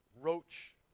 roach